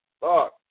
Fuck